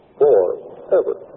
forever